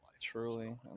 Truly